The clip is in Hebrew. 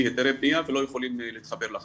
היתרי בנייה ולא יכולים להתחבר לחשמל.